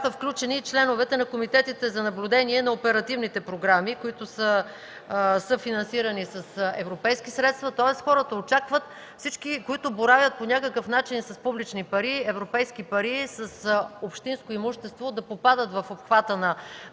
бяха включени членовете на комитетите за наблюдение на оперативните програми, които са съфинансирани с европейски средства. Хората очакват всички, които боравят по някакъв начин с публични, с европейски пари, с общинско имущество, да попадат в обхвата на